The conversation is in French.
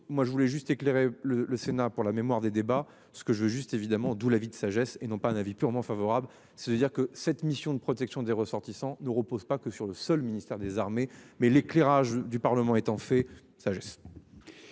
moi je voulais juste éclairé le, le Sénat pour la mémoire des débats. Ce que je veux juste évidemment d'où la vie de sagesse et non pas un avis purement favorable. Ça veut dire que cette mission de protection des ressortissants ne repose pas que sur le seul ministère des Armées. Mais l'éclairage du Parlement est en fait ça.